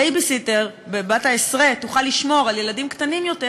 שהבייביסיטר בת-העשרה תוכל לשמור על ילדים קטנים יותר,